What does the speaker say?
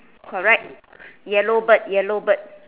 correct yellow bird yellow bird